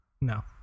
No